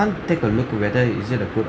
take a look whether is it a good